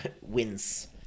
wins